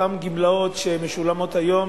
אותן גמלאות שמשולמות היום,